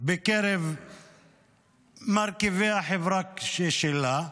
בקרב מרכיבי החברה שלה,